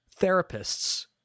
therapists